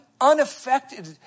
unaffected